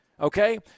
okay